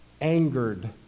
angered